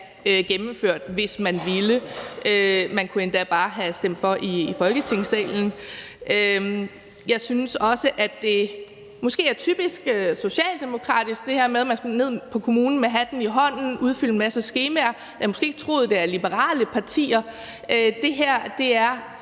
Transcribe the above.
gennemført, hvis man ville. Man kunne endda bare have stemt for i Folketingssalen. Jeg synes måske også, at det er typisk socialdemokratisk, at man sådan skal ned på kommunen med hatten i hånden og udfylde en masse skemaer. Jeg havde måske ikke troet det med liberale partier. Det her er